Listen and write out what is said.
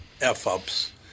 F-ups